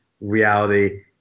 reality